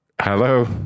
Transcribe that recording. Hello